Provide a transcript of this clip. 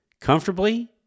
comfortably